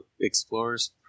explorer's